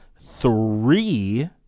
three